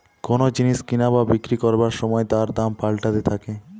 কোন জিনিস কিনা বা বিক্রি করবার সময় তার দাম পাল্টাতে থাকে